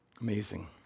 Amazing